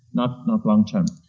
not not long-term.